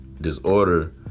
disorder